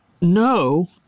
no